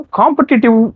competitive